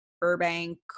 Burbank